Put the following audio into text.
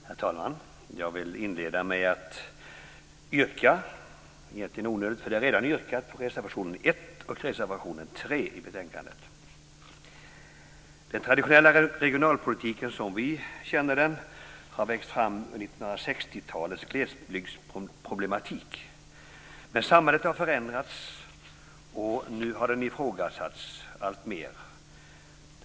Herr talman! Jag vill inleda med att yrka - det är egentligen onödigt eftersom det redan har varit ett yrkande - bifall till reservation 1 och reservation 3 i betänkandet. Den traditionella regionalpolitiken som vi känner den har växt fram ur 1960-talets glesbygdsproblematik. Men samhället har förändrats, och nu har den ifrågasatts alltmer.